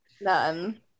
none